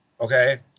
okay